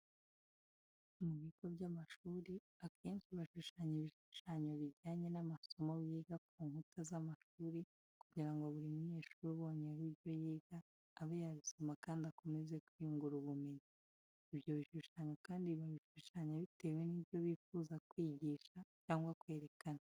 Mu bigo by'amashuri akenshi bashushanya ibishushanyo bijyanye n'amasomo biga ku nkuta z'amashuri kugira ngo buri munyeshuri ubonyeho ibyo yiga, abe yabisoma kandi akomeze kwiyungura ubumenyi. Ibyo bishushanyo kandi babishushanya bitewe nicyo bifuza kwijyisha cyangwa kwerekana.